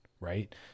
Right